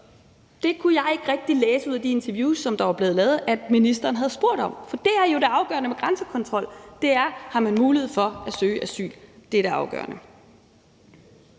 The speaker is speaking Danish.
Jeg kunne ikke rigtig læse ud af de interviews, der var blevet lavet, at ministeren havde spurgt om det. For det er det jo det afgørende ved grænsekontrol: Har man mulighed for at søge asyl? Det er det afgørende.